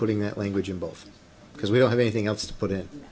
putting that language in both because we don't have anything else to put i